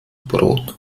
brot